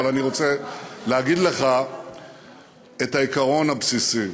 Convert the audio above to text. אבל אני רוצה להגיד לך את העיקרון הבסיסי,